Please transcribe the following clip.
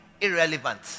irrelevant